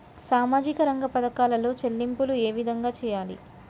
సామాజిక రంగ పథకాలలో చెల్లింపులు ఏ విధంగా చేయాలి?